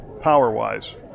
power-wise